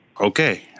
Okay